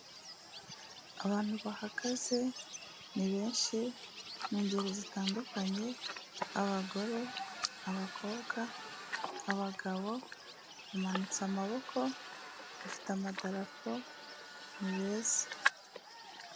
Abantu bahagaze ni benshi ni ingeri zitandukanye, abagore, abakobwa, abagabo, bamanitse amaboko, bafite amadarapo, ni beza.